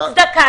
לא צדקה.